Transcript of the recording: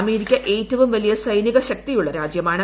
America ഏറ്റവും വലിയ സൈനിക ശക്തിയുള്ള രാജ്യമാണ്